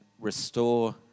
restore